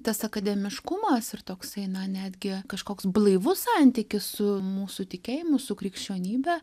tas akademiškumas ir toksai na netgi kažkoks blaivus santykis su mūsų tikėjimu su krikščionybe